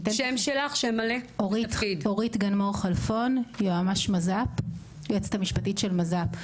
אני אורית גן מור חלפון, יועצת המשפטית של מז"פ.